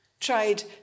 tried